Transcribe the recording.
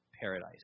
paradise